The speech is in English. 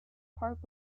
park